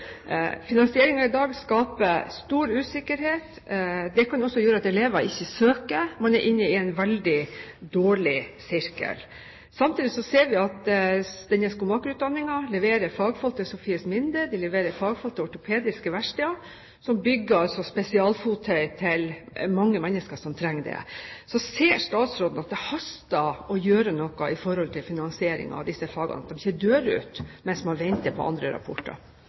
i dag skaper stor usikkerhet. Det kan også gjøre at elever ikke søker. Man er inne i en veldig dårlig sirkel. Samtidig ser vi at denne skomakerutdanningen leverer fagfolk til Sophies Minde, den leverer fagfolk til ortopediske verksteder, som bygger spesialfottøy til mange mennesker som trenger det. Ser statsråden at det haster med å gjøre noe med tanke på finansieringen av disse fagene, slik at de ikke dør ut mens man venter på andre rapporter?